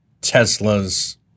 Tesla's